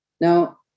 Now